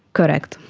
correct,